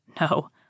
No